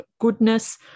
goodness